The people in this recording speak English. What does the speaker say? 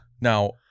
Now